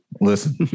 Listen